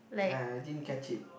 I I didn't catch it